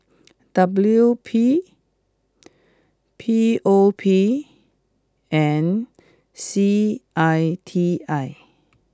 W P P O P and C I T I